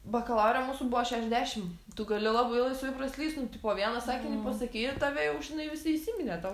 bakalaure mūsų buvo šešdešim tu gali labai laisvai praslyst nu tipo vieną sakinį pasakei ir tave jau žinai visi įsiminė tau